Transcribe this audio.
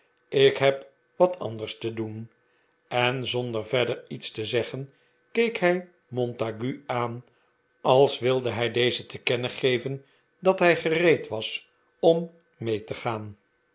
ik heb wat anders te doen en zonder verder iets te zeggen keek hij montague aan als wilde hij dezen te kennen geven dat hij gereed was om mee te gaan